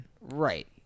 Right